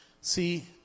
See